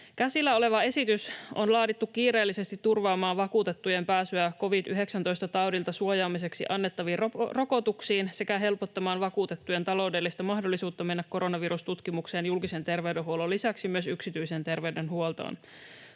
Käsillä oleva esitys on laadittu kiireellisesti turvaamaan vakuutettujen pääsyä covid-19-taudilta suojaamiseksi annettaviin rokotuksiin sekä helpottamaan vakuutettujen taloudellista mahdollisuutta mennä koronavirustutkimukseen julkisen terveydenhuollon lisäksi myös yksityiseen terveydenhuoltoon.